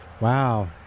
Wow